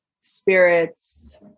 spirits